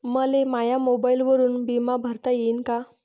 मले माया मोबाईलवरून बिमा भरता येईन का?